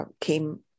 came